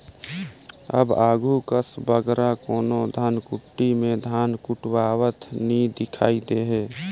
अब आघु कस बगरा कोनो धनकुट्टी में धान कुटवावत नी दिखई देहें